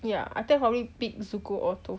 ya I think for me I pick zuko or toph